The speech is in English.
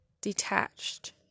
Detached